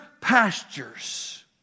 pastures